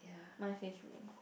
mine says rain